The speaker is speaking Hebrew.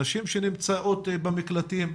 הנשים שנמצאות במקלטים,